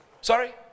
Sorry